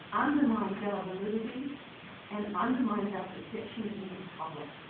undermines our validity and undermines out the section in the public.